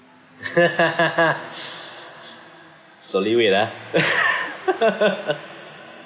slowly wait ah